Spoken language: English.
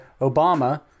Obama